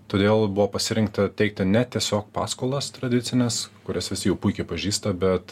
todėl buvo pasirinkta teikti ne tiesiog paskolas tradicines kurias visi jau puikiai pažįsta bet